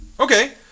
Okay